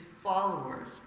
followers